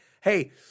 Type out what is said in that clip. hey